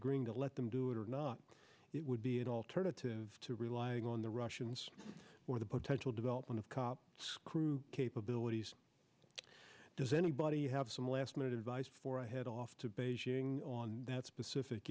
agreeing to let them do it or not it would be an alternative to relying on the russians for the potential development of cop screw capabilities does anybody have some last minute advice before i head off to beijing on that specific